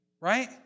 Right